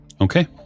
Okay